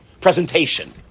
presentation